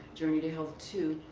journey to health two.